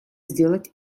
сделать